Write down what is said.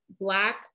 black